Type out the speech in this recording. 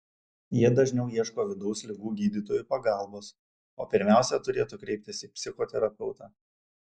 jie dažniau ieško vidaus ligų gydytojų pagalbos o pirmiausia turėtų kreiptis į psichoterapeutą